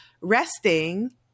resting